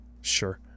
Sure